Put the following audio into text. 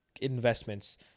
investments